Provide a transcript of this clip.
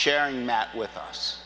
sharing that with us